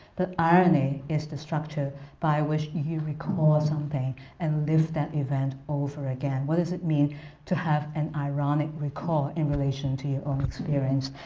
the irony is the structure by which you recall something and live that event over again. what does it mean to have an ironic recall in relation to your own experience?